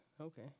Okay